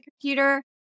computer